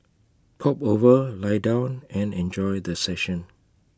pop over lie down and enjoy the session